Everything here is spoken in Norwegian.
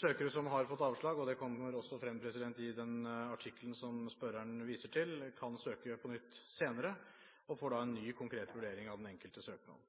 Søkere som har fått avslag – det kommer også frem i den artikkelen som spørreren viser til – kan søke på nytt senere og får da en ny konkret vurdering av